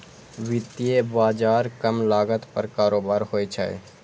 वित्तीय बाजार कम लागत पर कारोबार होइ छै